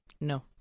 No